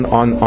on